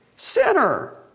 Sinner